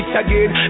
again